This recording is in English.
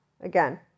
again